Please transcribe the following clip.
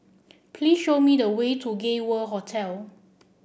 please show me the way to Gay World Hotel